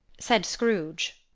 said scrooge.